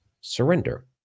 surrender